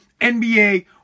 NBA